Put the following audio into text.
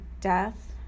death